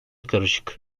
karışık